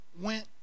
went